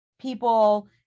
people